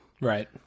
right